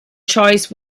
choice